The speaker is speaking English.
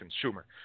consumer